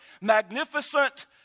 magnificent